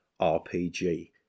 RPG